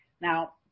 Now